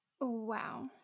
Wow